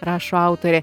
rašo autorė